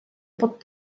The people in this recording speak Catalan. pot